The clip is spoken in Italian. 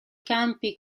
campi